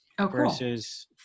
versus